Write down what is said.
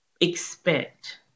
expect